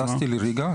טסתי לריגה,